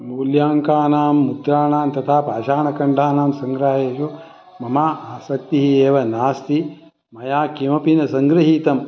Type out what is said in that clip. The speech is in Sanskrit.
मूल्याङ्कानां मुद्राणां तथा पाषाणखण्डानां सङ्ग्रहेषु मम आसक्तिः एव नास्ति मया किमपि न सङ्गृहीतम्